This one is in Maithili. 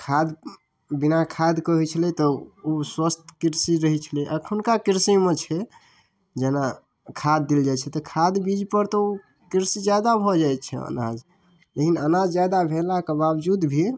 खाद बिना खादके होइ छलै तऽ ओ स्वस्थ कृषि रहै छलै अखुनका कृषिमे छै जेना खाद देल जाइ छै तऽ खाद बीजपर तऽ ओ कृषि किछु जादा भऽ जाइ छै अनाज लेकिन अनाज जादा भेलाके बावजूद भी